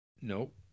Nope